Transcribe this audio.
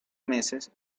meses